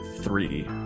three